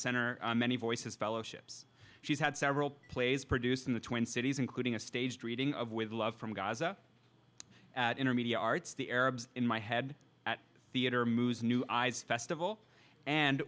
center many voices fellowships she's had several plays produced in the twin cities including a staged reading of with love from gaza in her media arts the arabs in my head at theater moves new eyes festival and